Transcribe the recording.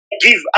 give